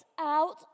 out